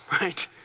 right